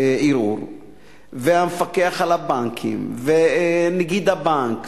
ערעור בשם המפקח על הבנקים ונגיד הבנק.